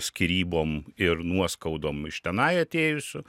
skyrybom ir nuoskaudom iš tenai atėjusių